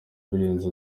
birenze